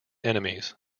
enemies